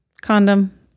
Condom